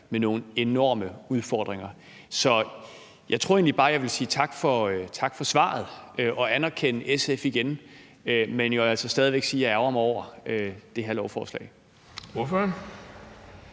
med nogle enorme udfordringer. Så jeg tror egentlig bare, jeg vil sige tak for svaret og anerkende SF igen, men jeg vil jo altså stadig væk sige, at jeg ærgrer mig over det her lovforslag.